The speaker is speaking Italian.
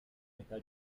metà